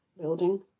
building